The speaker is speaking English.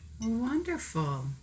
Wonderful